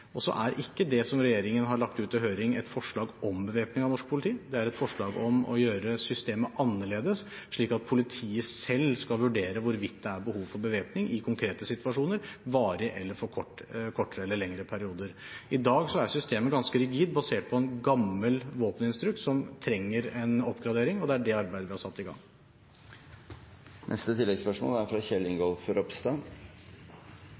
Det som regjeringen har lagt ut til høring, er ikke et forslag om bevæpning av norsk politi. Det er et forslag om å gjøre systemet annerledes, slik at politiet selv skal vurdere hvorvidt det er behov for bevæpning i konkrete situasjoner, varig eller for kortere eller lengre perioder. I dag er systemet ganske rigid, basert på en gammel våpeninstruks som trenger en oppgradering, og det er det arbeidet vi har satt i